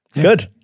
Good